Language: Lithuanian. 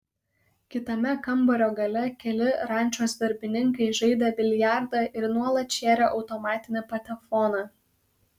kitame kambario gale keli rančos darbininkai žaidė biliardą ir nuolat šėrė automatinį patefoną